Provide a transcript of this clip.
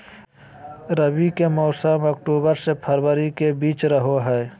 रबी के मौसम अक्टूबर से फरवरी के बीच रहो हइ